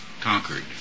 conquered